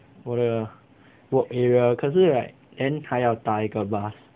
我的 work area 可是 like then 还要搭一个 bus